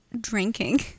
drinking